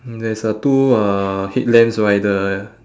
there is a two uh headlamps rider ya